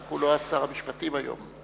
רק שהוא לא שר המשפטים היום.